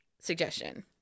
suggestion